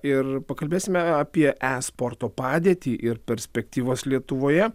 ir pakalbėsime apie esporto padėtį ir perspektyvas lietuvoje